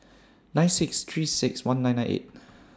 nine six three six one nine nine eight